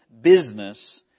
business